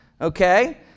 Okay